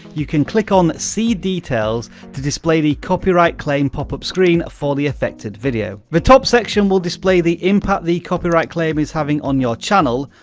you can click on see details to display the copyright claim pop up screen for the effected video. the top section will display the impact the copyright claim is having on your channel,